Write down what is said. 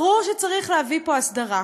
ברור שצריך להביא פה הסדרה.